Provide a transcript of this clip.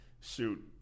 Shoot